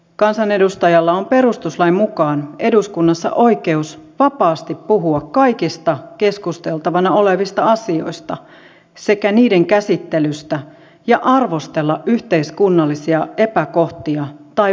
kansanedustajalla on perustuslain mukaan eduskunnassa oikeus vapaasti puhua kaikista keskusteltavana olevista asioista sekä niiden käsittelystä ja arvostella yhteiskunnallisia epäkohtia tai vallankäyttäjiä